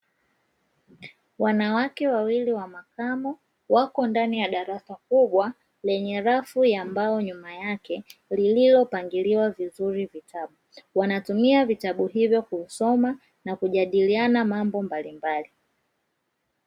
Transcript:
Wanawake wawili wa makamo wako ndani ya darasa kubwa, lenye rafu ya mbao nyuma yake lililopangiliwa vizuri vitabu. Wanatumia vitabu hivyo kusoma na kujadiliana mambo mbalimbali.